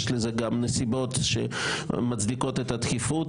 יש לזה גם נסיבות שמצדיקות את הדחיפות,